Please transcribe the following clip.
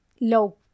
low